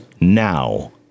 now